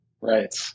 Right